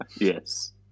Yes